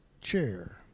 chair